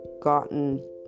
gotten